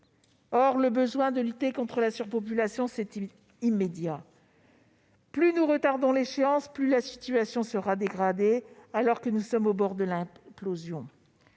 Or le besoin de lutter contre la surpopulation dans les prisons est immédiat. Plus nous retarderons l'échéance, plus la situation sera dégradée, alors qu'elle est déjà au bord de l'implosion.